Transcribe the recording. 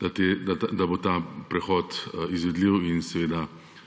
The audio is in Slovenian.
da bo ta prehod izvedljiv in seveda